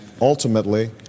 ultimately